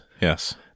Yes